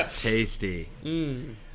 tasty